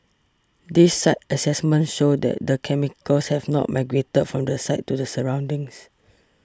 these site assessments show that the chemicals have not migrated from the site to the surroundings